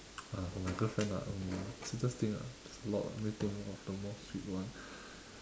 uh for my girlfriend ah um sweetest things ah there's a lot lah let me think of the more sweet one